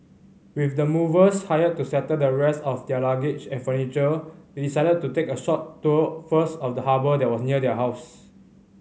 with the movers hired to settle the rest of their luggage and furniture they decided to take a short tour first of the harbour that was near their house